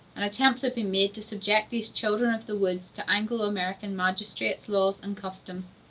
and attempts have been made to subject these children of the woods to anglo-american magistrates, laws, and customs.